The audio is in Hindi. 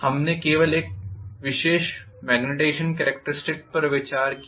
हमने केवल एक विशेष मॅग्नीटिज़ेशन कॅरेक्टरिस्टिक्स पर विचार किया